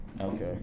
Okay